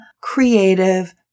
creative